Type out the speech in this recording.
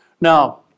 Now